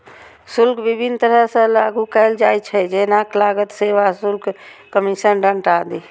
शुल्क विभिन्न तरह सं लागू कैल जाइ छै, जेना लागत, सेवा शुल्क, कमीशन, दंड आदि